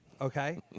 okay